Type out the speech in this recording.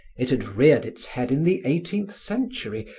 it had reared its head in the eighteenth century,